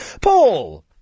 Paul